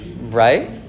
Right